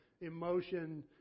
emotion